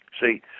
See